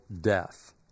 death